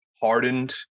hardened